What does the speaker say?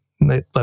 Let